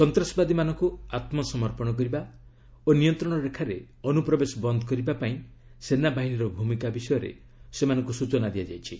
ସନ୍ତାସବାଦୀମାନଙ୍କୁ ଆତ୍ମସମର୍ପଣ କରିବା ଓ ନିୟନ୍ତ୍ରଣରେଖାରେ ଅନୁପ୍ରବେଶ ବନ୍ଦ କରିବା ପାଇଁ ସେନାବାହିନୀର ଭୂମିକା ବିଷୟରେ ସେମାନଙ୍କୁ ସୂଚନା ଦିଆଯାଇଛି